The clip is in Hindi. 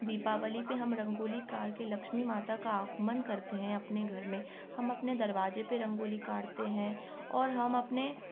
दीपावली पे हम रंगोली कारके लक्ष्मी माता का आगमन करते हैं अपने घर में हम अपने दरवाजे पे रंगोली करते हैं और हम अपने